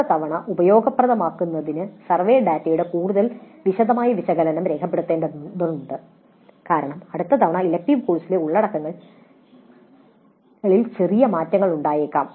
അടുത്ത തവണ ഉപയോഗപ്രദമാകുന്നതിന് സർവേ ഡാറ്റയുടെ കൂടുതൽ വിശദമായ വിശകലനം രേഖപ്പെടുത്തേണ്ടതുണ്ട് കാരണം അടുത്ത തവണ ഇലക്ടീവ് കോഴ്സിലെ ഉള്ളടക്കങ്ങളിൽ ചെറിയ മാറ്റങ്ങൾ ഉണ്ടാകാം